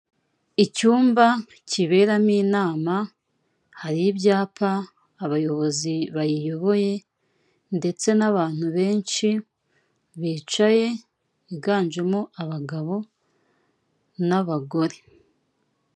Urabona umuntu utwaye ipikipiki, ari ku muhanda wubakishije amabuye yambaye umwenda y'umukara n'ikintu bambara ku mutwe biririnda impanuka.